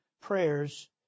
prayers